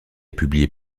publié